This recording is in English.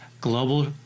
global